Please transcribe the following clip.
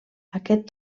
aquest